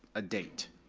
a date.